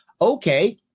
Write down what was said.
Okay